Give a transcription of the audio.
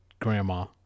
grandma